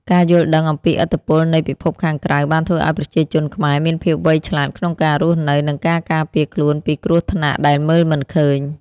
ការយល់ដឹងអំពីឥទ្ធិពលនៃពិភពខាងក្រៅបានធ្វើឱ្យប្រជាជនខ្មែរមានភាពវៃឆ្លាតក្នុងការរស់នៅ និងការការពារខ្លួនពីគ្រោះថ្នាក់ដែលមើលមិនឃើញ។